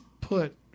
put